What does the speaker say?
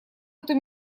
эту